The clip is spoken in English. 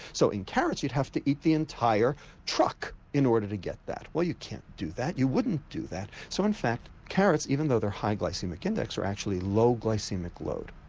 so in carrots you'd have to eat the entire truck in order to get that. well you can't do that, you wouldn't do that, so in fact carrots, even though they are high glycaemic index are actually low glycaemic load.